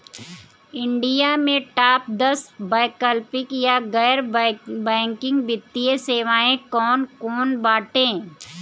India में top दस वैकल्पिक या गैर बैंकिंग वित्तीय सेवाएं कौन कोन बाटे?